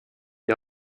die